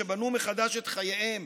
שבנו מחדש את חייהם